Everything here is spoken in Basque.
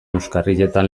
euskarrietan